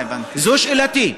זו שאלתי.